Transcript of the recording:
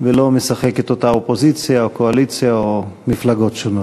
ולא משחקת באופוזיציה או קואליציה או מפלגות שונות.